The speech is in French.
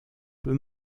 peu